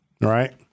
Right